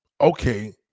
okay